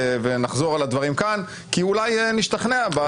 ונחזור על הדברים כאן כי אולי נשתכנע מהדברים החשובים.